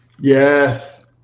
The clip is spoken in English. yes